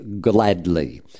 gladly